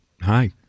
Hi